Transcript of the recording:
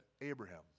Abraham